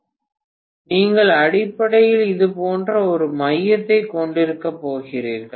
மாணவர் 852 பேராசிரியர் நீங்கள் அடிப்படையில் இது போன்ற ஒரு மையத்தை கொண்டிருக்க போகிறீர்கள்